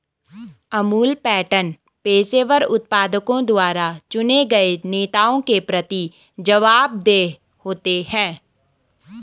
Amul pattern पेशेवर उत्पादकों द्वारा चुने गए नेताओं के प्रति जवाबदेह होते हैं